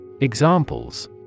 Examples